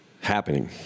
happening